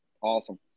awesome